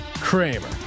Kramer